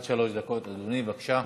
עד שלוש דקות, אדוני, בבקשה.